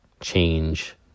change